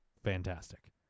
fantastic